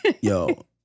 Yo